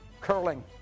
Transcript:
Curling